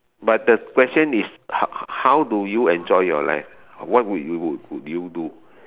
but the question is how how how do you enjoy your life what would you would would be you do